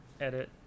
edit